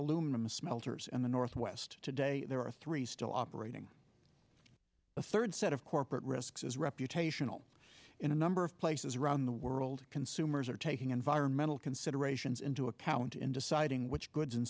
aluminum smelters in the northwest today there are three still operating a third set of corporate risks as reputational in a number of places around the world consumers are taking environmental considerations into account in deciding which goods and